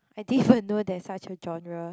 I didn't even know there such a genre